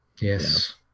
Yes